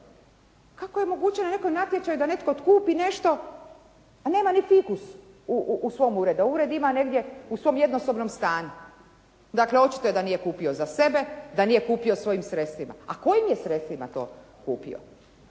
Kako je moguće da na nekakvom natječaju da netko kupi nešto, a nema ni fikus u svom uredu, a ured ima negdje u svom jednosobnom stanu. Dakle, očito da nije kupio za sebe, da nije kupio svojim sredstvima. Kojim je sredstvima to kupio?